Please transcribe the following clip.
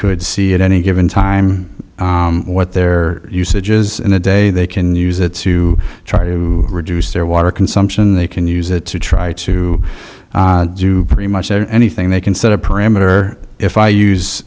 could see at any given time what their usage is in a day they can use it to try to reduce their water consumption they can use it to try to do pretty much anything they can set a parameter if i use